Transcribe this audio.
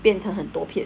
变成很多片